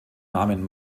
namen